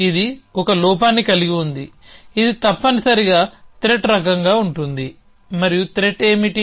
ఇది ఒక లోపాన్ని కలిగి ఉంది ఇది తప్పనిసరిగా త్రెట్ రకంగా ఉంటుంది మరియు త్రెట్ ఏమిటి